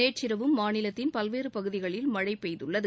நேற்றிரவும் மாநிலத்தின் பல்வேறு பகுதிகளில் மழை பெய்துள்ளது